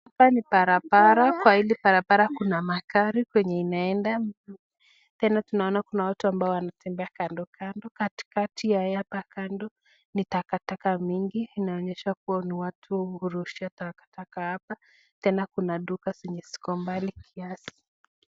Hapa ni barabara kwa hili barabara kuna magari yenye inaenda tena tunaona kuna watu ambao wanatembea kandokando katikati ya hapa kando ni takataka mingi inaonyesha kuwa ni watu hurusha taka taka hapa tena tunaona kuna duka zenye ziko mbali kiasi.